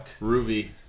Ruby